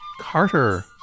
Carter